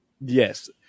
Yes